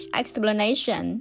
explanation